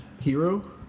Hero